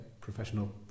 professional